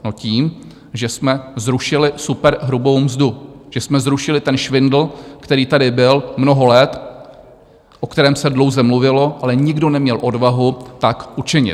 No tím, že jsme zrušili superhrubou mzdu, že jsme zrušili ten švindl, který tady byl mnoho let, o kterém se dlouze mluvilo, ale nikdo neměl odvahu tak učinit.